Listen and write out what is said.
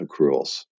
accruals